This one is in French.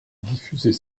diffuser